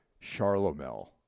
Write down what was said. Charlemel